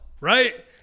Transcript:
Right